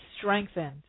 strengthened